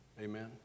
Amen